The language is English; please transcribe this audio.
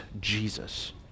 Jesus